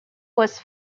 was